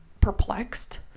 perplexed